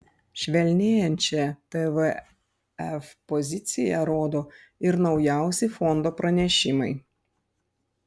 švelnėjančią tvf poziciją rodo ir naujausi fondo pranešimai